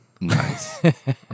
Nice